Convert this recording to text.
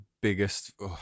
biggest